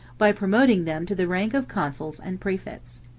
by promoting them to the rank of consuls and praefects.